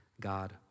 God